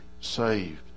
saved